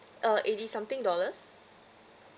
uh eighty something dollars